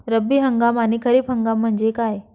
रब्बी हंगाम आणि खरीप हंगाम म्हणजे काय?